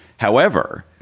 however,